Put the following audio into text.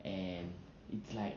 and it's like